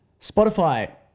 Spotify